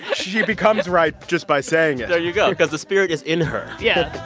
she becomes right just by saying it there you go because the spirit is in her yeah